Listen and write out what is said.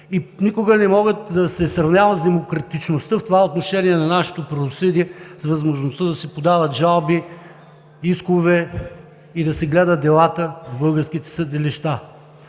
никога не могат да се сравняват с демократичността в това отношение на нашето правосъдие, с възможността да си подават жалби, искове и да се гледат делата в българските съдилища.